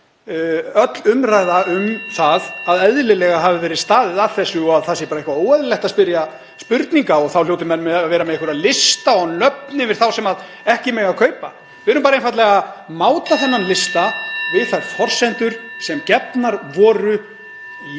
hringir.) að eðlilega hafi verið staðið að þessu og að það sé bara eitthvað óeðlilegt að spyrja spurninga og þá hljóti menn (Forseti hringir.) að vera með einhverja lista og nöfn yfir þá sem ekki mega kaupa. Við erum bara einfaldlega að máta þennan lista við þær forsendur sem gefnar voru í